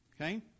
Okay